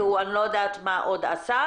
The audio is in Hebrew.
ואני לא יודעת עוד מה עשה,